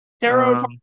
Taro